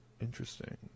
interesting